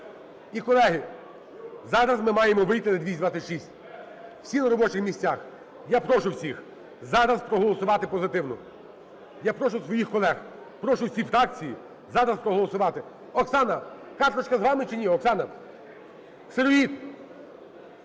І, колеги, зараз ми маємо вийти на 226. Всі на робочих місцях. Я прошу всіх зараз проголосувати позитивно. Я прошу своїх колег, прошу всі фракції зараз проголосувати. Оксана, карточка з вами чи ні, Оксана? Сироїд,